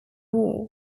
war